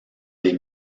des